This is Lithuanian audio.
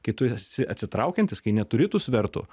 kai tu esi atsitraukiantis kai neturi tų svertų